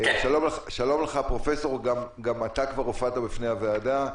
גם אתה כבר הופעת בפני הוועדה.